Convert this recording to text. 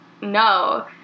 no